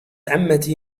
عمتي